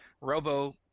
Robo